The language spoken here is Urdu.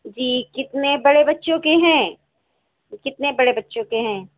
جی کتنے بڑے بچوں کے ہیں کتنے بڑے بچوں کے ہیں